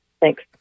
Thanks